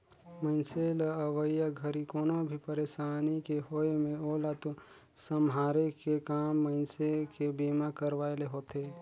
मइनसे ल अवइया घरी कोनो भी परसानी के होये मे ओला सम्हारे के काम मइनसे के बीमा करवाये ले होथे